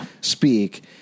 speak